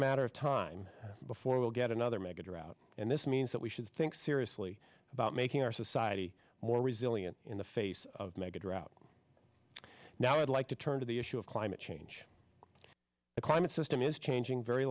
matter of time before we'll get another mega drought and this means that we should think seriously about making our society more resilient in the face of mega drought now i'd like to turn to the issue of climate change the climate system is changing very